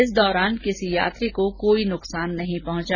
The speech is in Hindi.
इस दौरान किसी यात्री को कोई नुकसान नहीं पहुंचा